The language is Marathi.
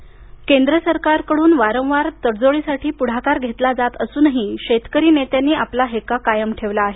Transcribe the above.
कृषी आंदोलन केंद्र सरकारकडून वारंवार तडजोडीसाठी पुढाकार घेतला जात असूनही शेतकरी नेत्यांनी आपला हेका कायम ठेवला आहे